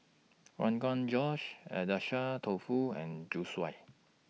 Rogan Josh Agedashi Dofu and Zosui